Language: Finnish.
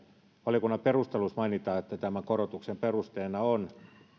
valiokunnan perusteluissa mainitaan että tämän korotuksen perusteena on